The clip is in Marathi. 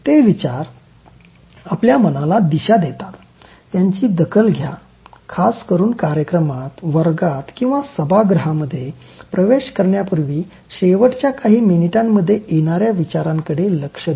ते विचार आपल्या मनाला दिशा देतात त्यांची दखल घ्या खासकरून कार्यक्रमात वर्गात किंवा सभागृहात प्रवेश करण्यापूर्वी शेवटच्या काही मिनिटांमध्ये येणाऱ्या विंचारांकडे लक्ष द्या